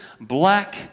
black